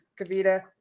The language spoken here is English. Kavita